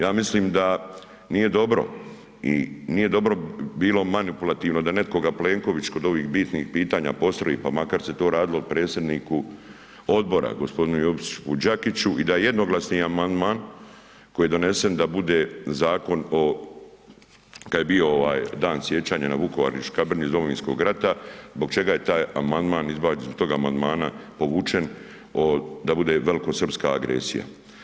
Ja mislim da nije dobro i nije dobro bilo manipulativno da nekoga Plenković kod ovih bitnih pitanja postroji pa makar se to radilo o predsjedniku Odbora g. Josipu Đakiću i da jednoglasni amandman koji je donesen da bude Zakon o, kad je bio ovaj Dan sjećanja na Vukovar i Škabrnju iz Domovinskog rata zbog čega je taj amandman izbačen, iz toga amandman povućen da bude velikosrpska agresija.